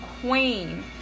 Queen